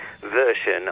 version